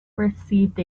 received